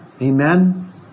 Amen